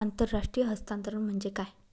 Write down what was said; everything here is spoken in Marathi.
आंतरराष्ट्रीय हस्तांतरण म्हणजे काय?